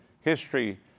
History